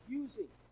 using